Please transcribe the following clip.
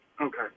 Okay